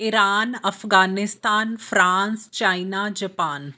Iran Afghanistan France China Japan